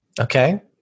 Okay